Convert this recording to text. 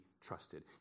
trusted